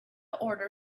order